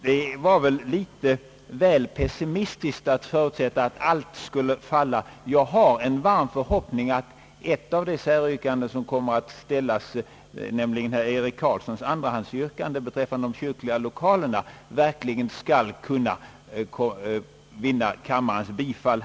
Det var väl litet väl pessimistiskt att förutsätta att alla förslag skulle falla. Jag har en varm förhoppning om att ett av de säryrkanden som kommer att ställas, nämligen herr Eric Carlssons andrahandsyrkande = beträffande de kyrkliga lokalerna, verkligen skall kunna vinna kammarens bifall.